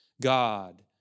God